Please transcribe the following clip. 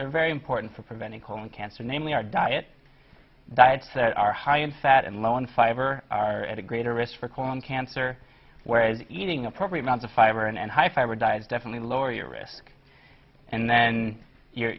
are very important for preventing colon cancer namely our diet diets that are high in fat and low in fiber are at a greater risk for colon cancer whereas eating appropriate not the fiber and high fiber diet definitely lower your risk and then your